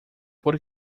por